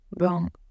wrong